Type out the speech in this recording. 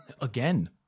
Again